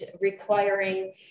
requiring